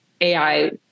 AI